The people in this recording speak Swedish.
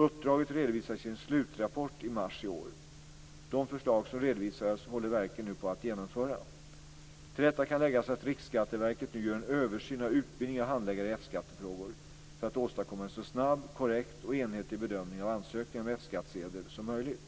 Uppdraget redovisades i en slutrapport i mars i år. De förslag som redovisades håller verken nu på att genomföra. Till detta kan läggas att Riksskatteverket nu gör en översyn av utbildningen av handläggare i F skattefrågor för att åstadkomma en så snabb, korrekt och enhetlig bedömning av ansökningar om F skattsedel som möjligt.